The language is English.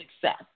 success